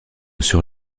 sur